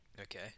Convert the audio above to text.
Okay